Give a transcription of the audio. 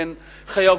חייבות,